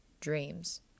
dreams